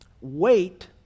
wait